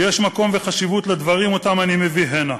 יש מקום וחשיבות לדברים שאני מביא הנה.